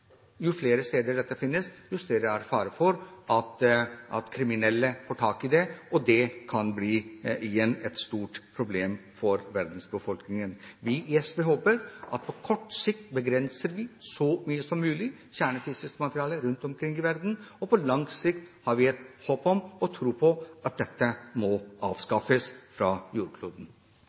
Jo flere steder dette finnes, jo større fare er det for at kriminelle får tak i det, og det igjen kan bli et stort problem for verdens befolkning. Vi i SV håper at vi på kort sikt kan begrense kjernefysisk materiale rundt omkring i verden så mye som mulig, og på lang sikt har vi et håp om og tro på at dette må avskaffes fra jordkloden.